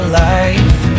life